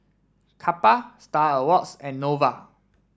Kappa Star Awards and Nova